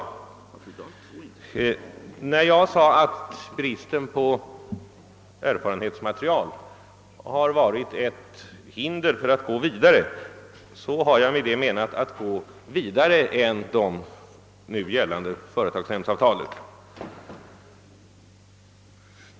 När jag sade att bristen på erfarenhetsmaterial har varit ett hinder för att gå vidare, menade jag att gå vidare än det nu gällande företagsnämndsavtalet.